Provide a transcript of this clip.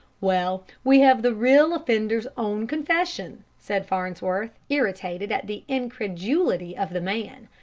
well, we have the real offender's own confession, said farnsworth, irritated at the incredulity of the man.